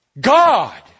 God